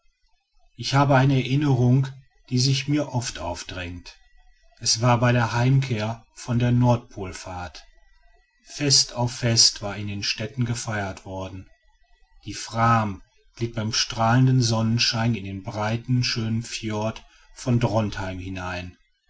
ich habe eine erinnerung die sich mir oft aufdrängt es war bei der heimkehr von der nordpolfahrt fest auf fest war in den städten gefeiert worden die fram glitt bei strahlendem sonnenschein in den breiten schönen fjord von drontheim hinein